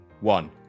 one